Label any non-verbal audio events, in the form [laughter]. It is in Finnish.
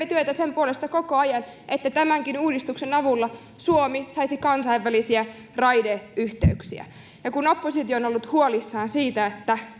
[unintelligible] työtä sen puolesta koko ajan että tämänkin uudistuksen avulla suomi saisi kansainvälisiä raideyhteyksiä ja kun oppositio on on ollut huolissaan siitä